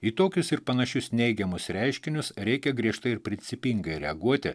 į tokius ir panašius neigiamus reiškinius reikia griežtai ir principingai reaguoti